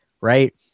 right